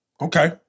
Okay